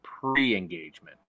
pre-engagement